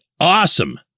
awesome